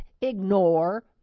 ignore